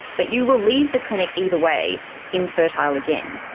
but you will leave the clinic either way infertile again.